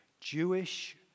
Jewish